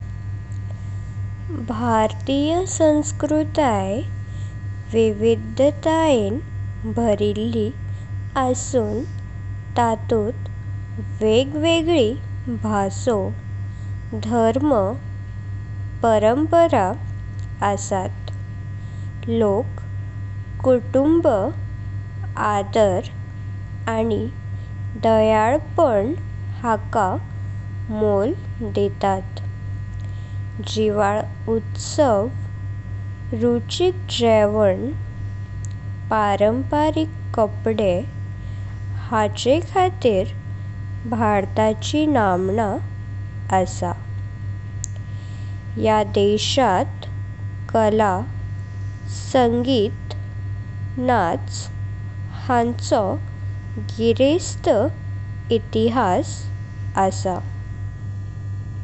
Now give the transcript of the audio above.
भारतीय संस्कृतेय विविधतायें भरिल्लि आसून तातुथ वेंग वेग्ली बासो, धर्म, परंपरा आसात। लोक कुटुंब आदर आनी दयाळपण हाका मोल देता। जिवाळ उत्सव, रुचिक जेवण, पारंपारिक कपड़े हाचे खातीर भारताची नामणा आस। ह्या देशात कला, संगीत, नाच हांचो गिरेस्थ इतिहास आस।